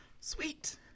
Sweet